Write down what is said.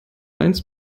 eins